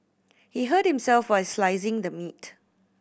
he hurt himself while slicing the meat